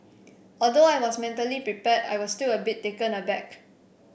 although I was mentally prepared I was still a bit taken aback